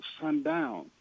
sundown